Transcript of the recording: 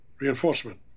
Reinforcement